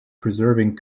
preserving